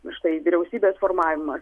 štai vyriausybės formavimas